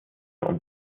und